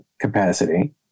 capacity